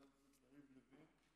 יריב לוין: